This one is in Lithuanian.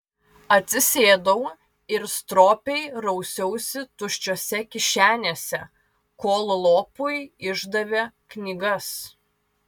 atsisėdau ir stropiai rausiausi tuščiose kišenėse kol lopui išdavė knygas